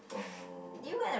oh